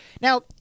Now